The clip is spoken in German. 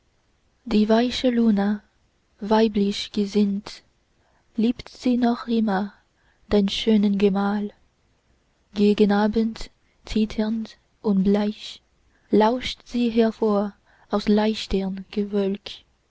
die weiche luna weiblich gesinnt liebt sie noch immer den schönen gemahl gegen abend zitternd und bleich lauscht sie hervor aus leichtem